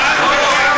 עוד דקה.